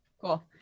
Cool